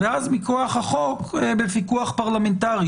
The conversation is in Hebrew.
ואז מכוח החוק בפיקוח הפרלמנטרי.